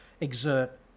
exert